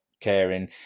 caring